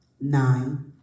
nine